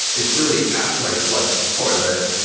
it's really after i flush the toilet,